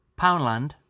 Poundland